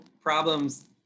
problems